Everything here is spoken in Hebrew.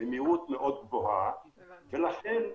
גבוהה מאוד ולכן,